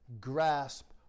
grasp